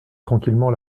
tranquillement